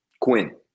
Quinn